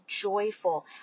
joyful